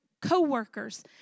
co-workers